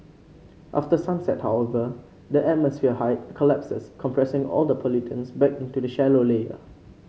after sunset however the atmosphere height collapses compressing all the pollutants back into a shallow layer